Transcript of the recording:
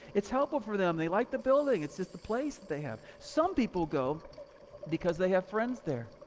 it's helpful for them, they like the building, it's just the place they have. some people go because they have friends there.